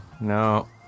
No